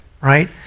right